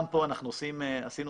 גם פה אנחנו עשינו תוכנית